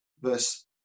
verse